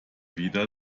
wieder